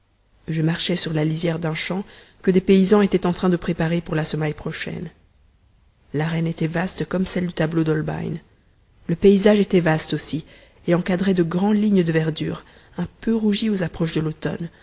je marchais sur la lisière d'un champ que des paysans étaient en train de préparer pour la semaille prochaine l'arène était vaste comme celle du tableau d'holbein le paysage était vaste aussi et encadrait de grandes lignes de verdure un peu rougie aux approches de l'automne